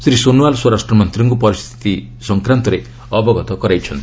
ଶ୍ରୀ ସୋନୋୱାଲ୍ ସ୍ୱରାଷ୍ଟ୍ର ମନ୍ତ୍ରୀଙ୍କ ପରିସ୍ଥିତି ସଂକ୍ରାନ୍ତରେ ଅବଗତ କରାଇଛନ୍ତି